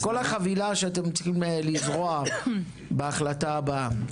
כל החבילה שאתם צריכים לזרוע בהחלטה הבאה.